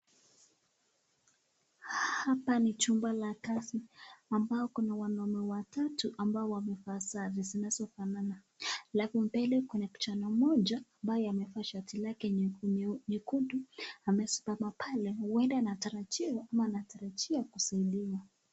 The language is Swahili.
Hapa ni jumba la kazi ambao kuna wanaume watatu ambao wamevaa sare zinazofanana. Alafu mbele kuna kijana mmoja ambaye amevaa shati lake nyekundu, amesimama pale ueda anatarajiwa ama anatarajia kusaidiwa.